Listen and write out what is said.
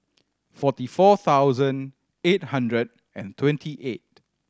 forty four thousand eight hundred and twenty eight